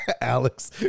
Alex